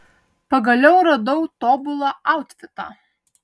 pagaliau radau tobulą autfitą